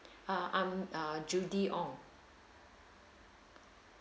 uh I'm uh judy ong